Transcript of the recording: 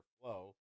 flow